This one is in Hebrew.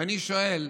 ואני שואל: